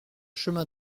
chemin